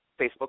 facebook